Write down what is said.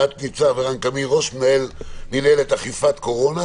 ראש מינהלת אכיפת קורונה,